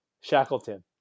Shackleton